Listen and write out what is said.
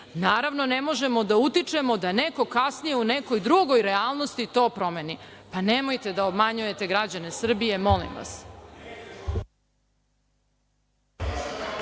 naravno, ne možemo da utičemo da neko kasnije u nekoj drugoj realnosti to promeni. Pa, nemojte da obmanjujete građane Srbije, molim vas.